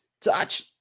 Touch